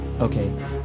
Okay